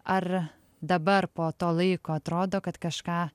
ar dabar po to laiko atrodo kad kažką